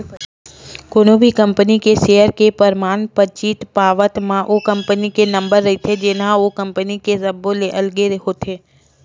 कोनो भी कंपनी के सेयर के परमान पातीच पावत म ओ कंपनी के नंबर रहिथे जेनहा ओ कंपनी के सब्बो ले अलगे होथे